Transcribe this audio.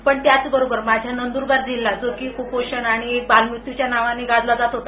पण त्याचबरोबर माझा नंदरबार जिल्हा जो कपोषण आणि बालमत्यच्या नावानं गाजला जात होता